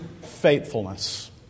faithfulness